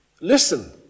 listen